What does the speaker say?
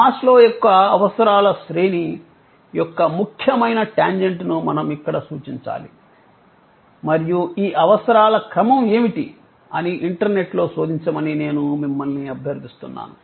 Maslow యొక్క అవసరాల శ్రేణిMaslow's hierarchy of needs యొక్క ముఖ్యమైన టాంజెంట్ను మనం ఇక్కడ సూచించాలి మరియు ఈ అవసరాల క్రమం ఏమిటి అని ఇంటర్నెట్లో శోధించమని నేను మిమ్మల్ని అభ్యర్థిస్తున్నాను